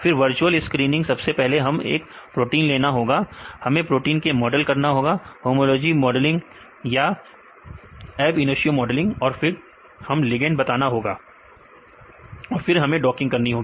फिर virtual screening सबसे पहले हमें एक प्रोटीन लेना होगा हमें प्रोटीन को मॉडल करना है होमोलॉजी मॉडलग या द अब इनिशियो मॉडलग फिर हमें लिगेंड बनाना होगा और फिर हमें डॉकिंग करनी होगी